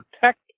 protect